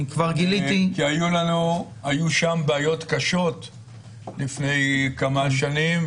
כבר גיליתי --- היו שם בעיות קשות לפני כמה שנים,